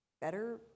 better